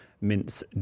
mince